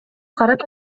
карап